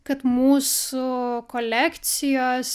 kad mūsų kolekcijos